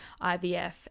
IVF